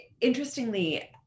interestingly